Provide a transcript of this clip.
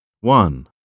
One